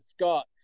Scott